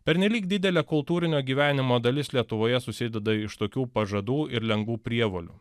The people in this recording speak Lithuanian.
pernelyg didelė kultūrinio gyvenimo dalis lietuvoje susideda iš tokių pažadų ir lengvų prievolių